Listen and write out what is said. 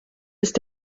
ist